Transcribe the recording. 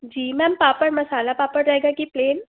जी ma'am papad masala papad रहेगा की plane